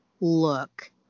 look